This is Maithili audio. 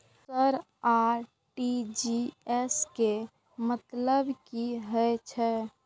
सर आर.टी.जी.एस के मतलब की हे छे?